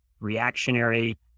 reactionary